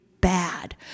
bad